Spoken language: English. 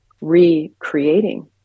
recreating